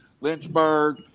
Lynchburg